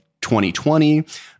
2020